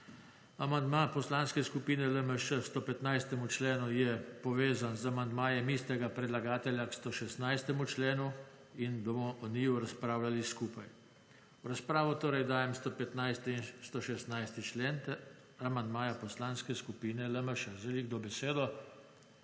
Amandma Poslanske skupine LMŠ k 115. členu je povezan z amandmajem istega predlagatelja k 116. členu in bomo o njiju razpravljali skupaj. V razpravo torej dajem 115. in 116. ter amandmaja Poslanske skupine LMŠ. Želi kdo besedo?